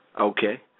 Okay